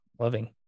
loving